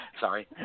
sorry